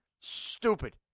stupid